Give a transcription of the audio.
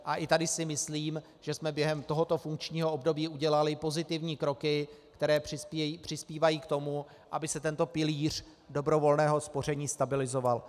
A i tady si myslím, že jsme během tohoto funkčního období udělali pozitivní kroky, které přispívají k tomu, aby se tento pilíř dobrovolného spoření stabilizoval.